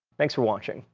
thanks for watching.